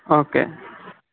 okay